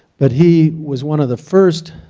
but he was one of the first